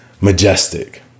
majestic